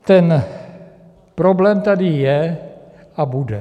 Ten problém tady je a bude.